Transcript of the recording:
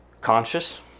conscious